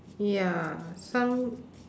ya some